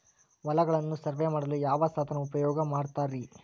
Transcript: ಹೊಲಗಳನ್ನು ಸರ್ವೇ ಮಾಡಲು ಯಾವ ಸಾಧನ ಉಪಯೋಗ ಮಾಡ್ತಾರ ರಿ?